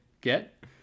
get